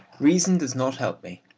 reason does not help me.